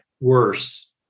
worse